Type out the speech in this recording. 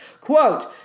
Quote